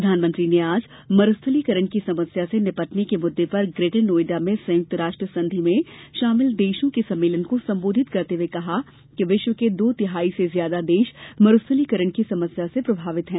प्रधानमंत्री ने आज मरूस्थलीकरण की समस्या से निपटने के मुददे पर ग्रेटर नोएडा में संयुक्त राष्ट्र संधि में शामिल देशों के सम्मेलन को संबोधित करते हए कहा कि विश्व के दो तिहाई से ज्यादा देश मरूस्थलीकरण की समस्या से प्रभावित हैं